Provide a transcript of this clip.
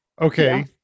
Okay